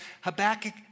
Habakkuk